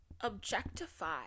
objectify